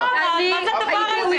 מה זה הדבר הזה?